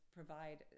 provide